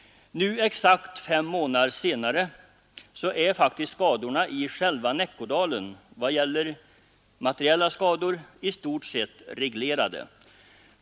Nu, exakt fem månader senare, är faktiskt skadorna i själva Näckådalen, i varje fall vad gäller de materiella skadorna, i stort sett reglerade.